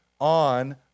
on